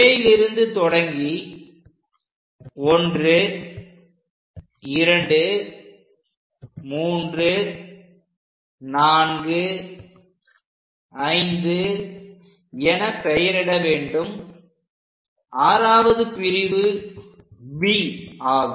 Aலிருந்து தொடங்கி 12345 என பெயரிட வேண்டும் 6வது பிரிவு Bஆகும்